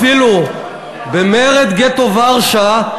אפילו במרד גטו ורשה,